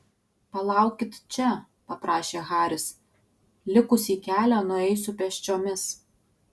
palaukit čia paprašė haris likusį kelią nueisiu pėsčiomis